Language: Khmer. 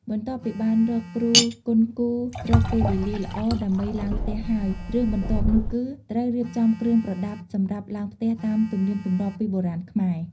បន្ទាប់ពីបានរកគ្រូគន់គូររកពេលវេលាល្អ ដើម្បីឡើងផ្ទះហើយ រឿងបន្ទាប់នោះគឺ ត្រូវរៀបចំគ្រឿងប្រដាប់សម្រាប់ឡើងផ្ទះតាមទំនៀមទម្លាប់ពីបុរាណខ្មែរ។